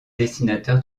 dessinateur